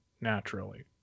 naturally